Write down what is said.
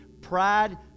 pride